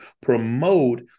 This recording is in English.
promote